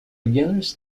beginners